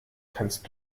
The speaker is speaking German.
kannst